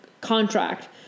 contract